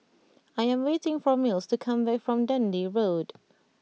I am waiting for Mills to come back from Dundee Road